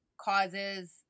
causes